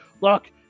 Look